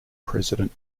president